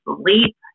sleep